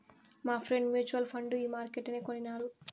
మాఫ్రెండ్ mutual fund ఈ మార్కెట్లనే కొనినారు